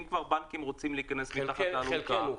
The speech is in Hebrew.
חלקנו.